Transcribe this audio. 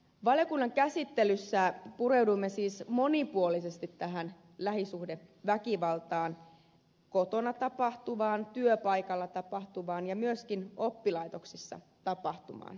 valiokunnan käsittelyssä pureuduimme siis monipuolisesti tähän lähisuhdeväkivaltaan kotona tapahtuvaan työpaikalla tapahtuvaan ja myöskin oppilaitoksissa tapahtuvaan